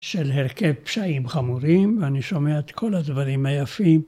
של הרכב פשעים חמורים ואני שומע את כל הדברים היפים.